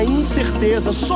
incerteza